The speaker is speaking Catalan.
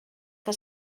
que